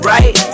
Right